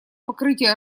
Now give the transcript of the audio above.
покрытия